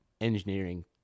engineering